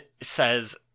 says-